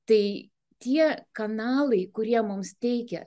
tai tie kanalai kurie mums teikia